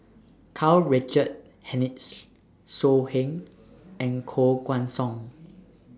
Karl Richard Hanitsch So Heng and Koh Guan Song